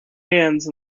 hands